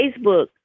Facebook